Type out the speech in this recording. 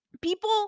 people